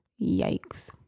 Yikes